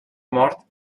mort